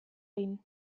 egin